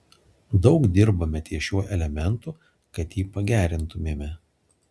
daug dirbame ties šiuo elementu kad jį pagerintumėme